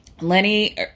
Lenny